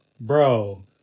bro